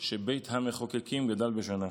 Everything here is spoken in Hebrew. שבית המחוקקים גדל בשנה.